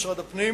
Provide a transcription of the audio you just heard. משרד הפנים